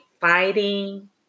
fighting